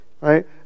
right